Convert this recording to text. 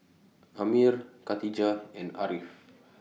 Ammir Katijah and Ariff